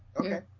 Okay